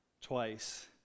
twice